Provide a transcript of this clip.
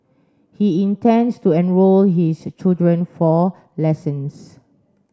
he intends to enrol his children for lessons